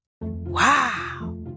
Wow